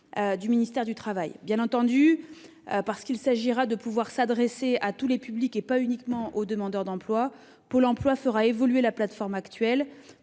du ministère du travail. Bien entendu, comme l'objectif est de s'adresser à tous les publics et non pas uniquement aux demandeurs d'emploi, Pôle emploi fera évoluer la plateforme actuelle.